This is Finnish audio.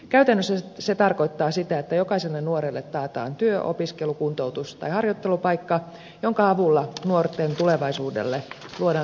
käytännössä se tarkoittaa sitä että jokaiselle nuorelle taataan työ opiskelu kuntoutus tai harjoittelupaikka jonka avulla nuorten tulevaisuudelle luodaan kestävä pohja